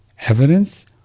evidence